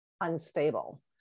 unstable